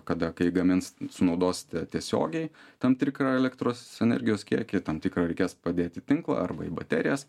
kada kai gamins sunaudosite tiesiogiai tam tikrą elektros energijos kiekį tam tikrą reikės padėt į tinklą arba į baterijas